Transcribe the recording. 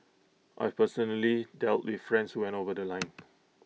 I've personally dealt the friends went over The Line